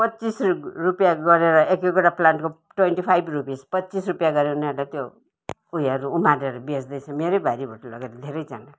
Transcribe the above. पच्चिस रुपियाँ गरेर एक एकवटा प्लान्टको ट्वेन्टी फाइभ रुपिज पच्चिस रुपियाँ गरेर उनीहरूले त्यो उयोहरू उमारेर बेच्दैछ मेरै बारीबाट लगेर धेरैजनाले